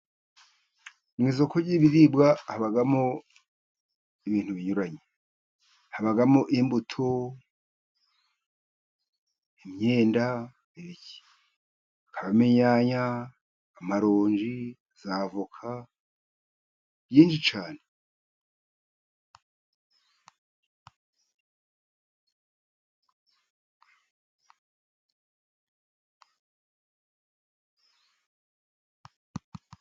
Mu isoko ry'ibiribwa habamo ibintu binyuranye. Habamo imbuto, imyenda, ibiki. Habamo inyanya, amaronji, za voka, byinshi cyane.